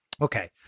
Okay